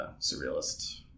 surrealist